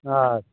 अच्छा